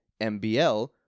MBL